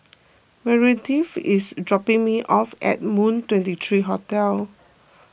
Meredith is dropping me off at Moon twenty three Hotel